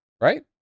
Right